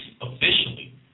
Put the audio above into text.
officially